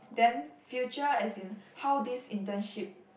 then future as in how this internship